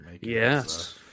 Yes